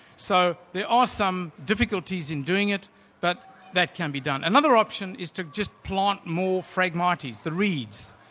so there are some difficulties in doing it but that can be done. another option is to just plant more fragmitis, the reeds.